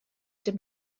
dem